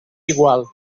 igual